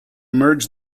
merge